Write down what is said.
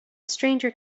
stranger